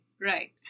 Right